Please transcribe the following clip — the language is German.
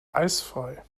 eisfrei